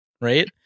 right